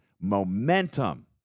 momentum